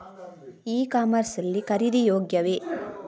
E commerce ಲ್ಲಿ ಖರೀದಿ ಯೋಗ್ಯವೇ?